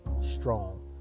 strong